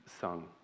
sung